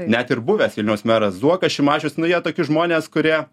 net ir buvęs vilniaus meras zuokas šimašius nu jie toki žmonės kurie